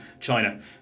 China